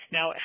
Now